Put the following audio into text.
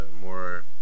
more